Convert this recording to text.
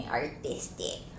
artistic